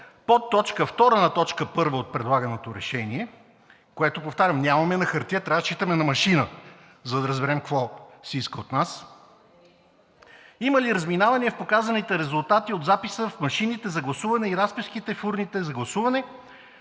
подточка втора на точка първа от предлаганото решение, което, повтарям, нямаме на хартия, трябва да разчитаме на машината, за да разберем какво се иска от нас. Има ли разминавания в показаните резултати от записа в машините за гласуване и разписките в урните за гласуване,